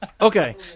Okay